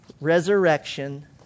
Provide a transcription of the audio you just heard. Resurrection